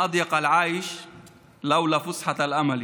(אומר בערבית ומתרגם:)